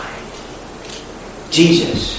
Jesus